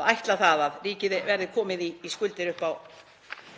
að ætla það að ríkið verði komið í skuldir upp á